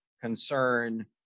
concern